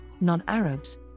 non-Arabs